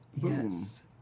Yes